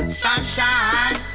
sunshine